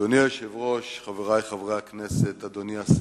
אדוני היושב-ראש, חברי חברי הכנסת, אדוני השר,